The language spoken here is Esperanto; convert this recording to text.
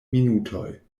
minutoj